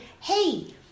Hey